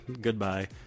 goodbye